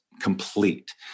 complete